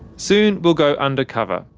soon we'll go undercover,